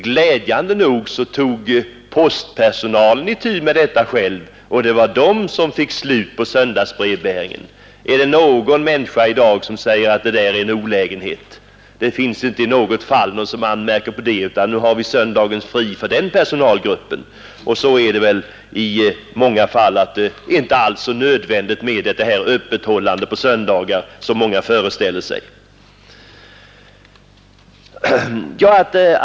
Glädjande nog tog postpersonalen itu med detta själv, och det var den som fick slut på söndagsbrevbäringen. Är det någon människa som i dag säger att det där är en olägenhet? Det finns ingen som anmärker på detta, utan nu har vi söndagen fri för den personalgruppen. Och så är det väl i många fall. Det är inte alls så nödvändigt med öppethållande på söndagarna som många föreställer sig.